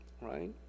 right